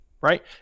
Right